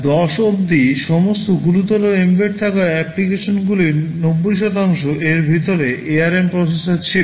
2010 অবধি সমস্ত গুরুতর এম্বেড থাকা অ্যাপ্লিকেশনগুলির 90 এর ভিতরে ARM প্রসেসর ছিল